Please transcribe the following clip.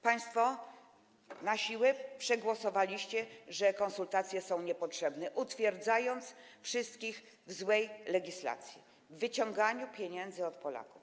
Państwo na siłę przegłosowaliście, że konsultacje są niepotrzebne, utwierdzając wszystkich w złej legislacji, w wyciąganiu pieniędzy od Polaków.